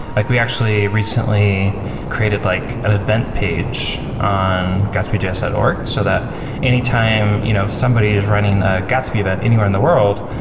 like we actually recently created like an event page on gatsbyjs dot org so that any time you know somebody is running a gatsby event anywhere in the world,